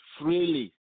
freely